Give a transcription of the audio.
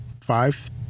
five